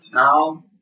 Now